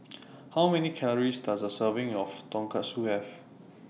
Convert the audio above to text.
How Many Calories Does A Serving of Tonkatsu Have